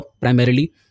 primarily